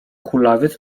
kulawiec